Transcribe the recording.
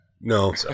No